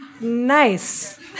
Nice